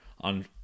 on